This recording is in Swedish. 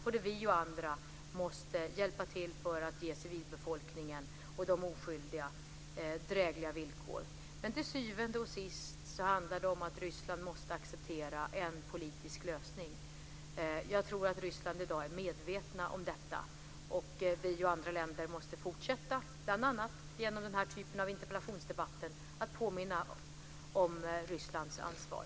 Både vi och andra måste hjälpa till för att ge civilbefolkningen och de oskyldiga drägliga villkor. Men till syvende och sist handlar det om att Ryssland måste acceptera en politisk lösning. Jag tror att Ryssland i dag är medvetet om detta, och Sverige och andra länder måste fortsätta, bl.a. genom den här typen av interpellationsdebatter, att påminna om Rysslands ansvar.